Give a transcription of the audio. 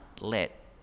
let